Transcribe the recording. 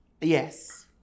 Yes